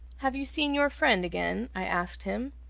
have you seen your friend again? i asked him.